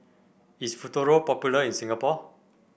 is Futuro popular in Singapore